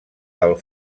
del